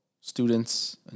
students